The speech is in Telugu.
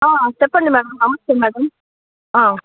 చెప్పండి మేడమ్ నమస్తే మేడమ్